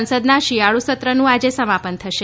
સંસદના શિયાળુ સત્રનુ આજે સમાપન થશે